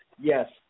yes